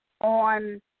on